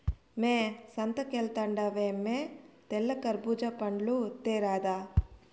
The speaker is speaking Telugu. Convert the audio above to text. మ్మే సంతకెల్తండావేమో తెల్ల కర్బూజా పండ్లు తేరాదా